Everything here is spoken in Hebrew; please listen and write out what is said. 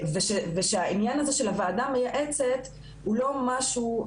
הענין הזה של הוועדה המייעצת הוא לא משהו,